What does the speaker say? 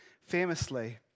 famously